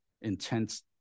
intense